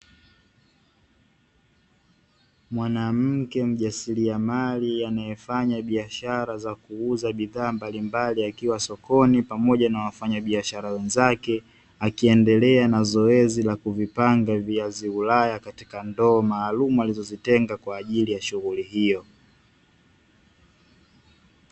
Mwanamke mjasiriamali anayefanya biashara za kuuza bidhaa mbalimbali, akiwa sokoni pamoja na wafanya iashara wenzake, akiendelea na zoezi la kuvipanga viazi ulaya katika ndoo maalumu, alizozitenga kwa ajili ya shughuli hiyo.